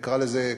נקרא לזה,